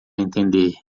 entender